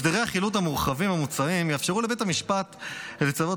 הסדרי החילוט המורחבים המוצעים יאפשרו לבית המשפט לצוות,